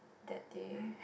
that they